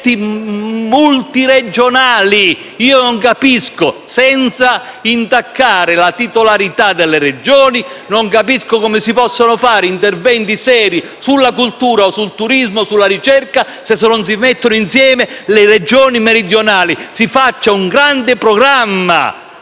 su progetti multiregionali. Senza intaccare la titolarità delle Regioni, io non capsico come si possano fare interventi seri sulla cultura, sul turismo o sulla ricerca se non si mettono insieme le Regioni meridionali. Si faccia un grande programma